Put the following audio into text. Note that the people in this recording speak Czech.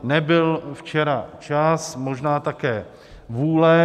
Nebyl včera čas, možná také vůle.